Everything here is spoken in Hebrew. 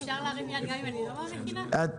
למען האמת